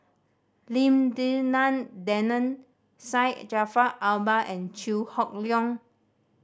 Lim Denan Denon Syed Jaafar Albar and Chew Hock Leong